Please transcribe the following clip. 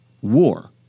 war